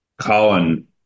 Colin